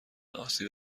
آسیب